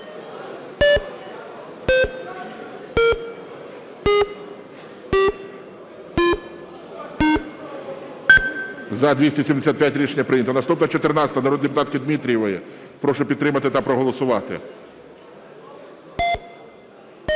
За-275 Рішення прийнято. Наступна 14-а народної депутатки Дмитрієвої. Прошу підтримати та проголосувати.